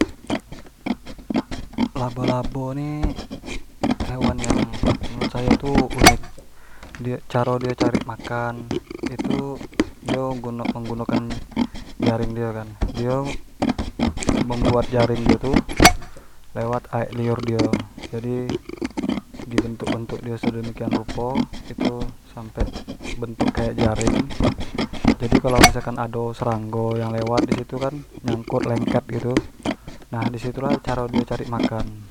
labo-labo ni hewan yang menurut sayo tu unik, dio caro dio cari makan, itu dio, dio menggunakan jaring dio kan, dio membuat jarring dio tu lewat aek liur dio, jadi di bikin nyo sedemikian rupo, itu sampek bentuk kayak jaring jadi kalua misalnyo ado seranggo yang lewat disitu kan, nyangkut lengket gitu, nah disitu lah caro dio nyari makan.